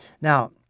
Now